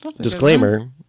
Disclaimer